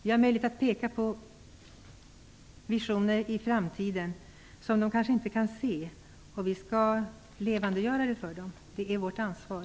Vi har möjligheter att peka på visioner i framtiden som de kanske inte kan se. Vi skall levandegöra det för dem. Det är vårt ansvar.